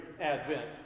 Advent